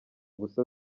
ubusa